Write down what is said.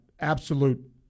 Absolute